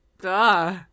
Duh